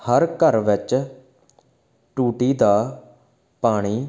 ਹਰ ਘਰ ਵਿੱਚ ਟੂਟੀ ਦਾ ਪਾਣੀ